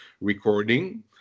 recording